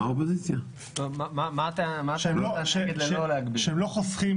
מה הטענה --- שהם לא חוסכים